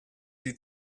sie